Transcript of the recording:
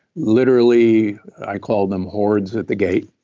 literally i call them hordes at the gate,